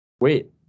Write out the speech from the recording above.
wait